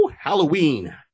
halloween